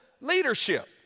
leadership